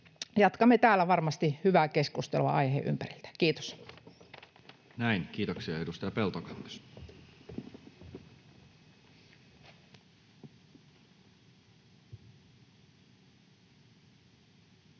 jatkamme täällä varmasti hyvää keskustelua aiheen ympärillä. Kiitos. Näin, kiitoksia. — Edustaja Peltokangas. Arvoisa